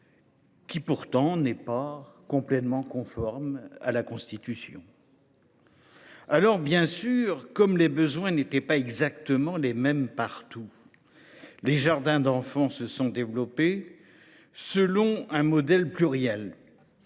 n’étant pas pleinement conforme à la Constitution. Bien sûr, comme les besoins n’étaient pas exactement les mêmes partout, les jardins d’enfants se sont développés selon un modèle pluriel